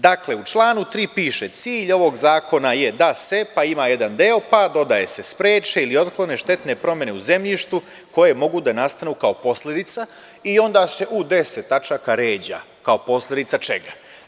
Dakle, u članu 3. piše – cilj ovog zakona je da se, pa ima jedan deo, pa dodaje se – spreči ili otklone štetne promene na zemljištu koje mogu da nastanu kao posledica i onda se u deset tačaka ređa, kao posledica čega.